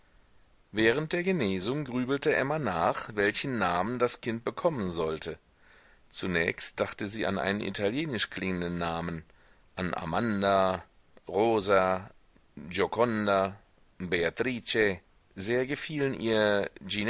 während der genesung grübelte emma nach welchen namen das kind bekommen sollte zunächst dachte sie an einen italienisch klingenden namen an amanda rosa joconda beatrice sehr gefielen ihr